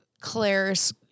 Claire's